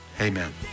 Amen